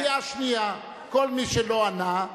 קריאה שנייה, כל מי שלא ענה,